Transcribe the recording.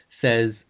says